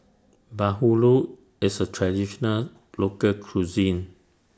Bahulu IS A Traditional Local Cuisine